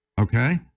Okay